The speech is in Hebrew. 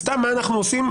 מה אנחנו עושים?